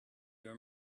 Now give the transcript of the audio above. your